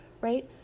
right